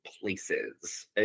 places